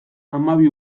hamabi